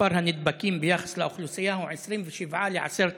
מספר הנדבקים ביחס לאוכלוסייה הוא 27 ל-10,000,